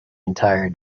entire